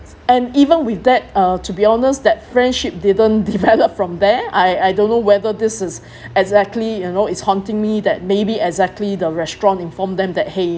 and even with that uh to be honest that friendship didn't develop from there I I don't know whether this is exactly you know it's haunting me that maybe exactly the restaurant informed them that !hey!